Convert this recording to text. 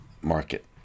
market